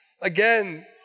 again